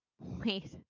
Wait